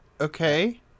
Okay